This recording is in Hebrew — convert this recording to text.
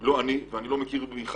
לא ממני ולא מחבריי